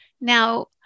Now